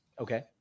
Okay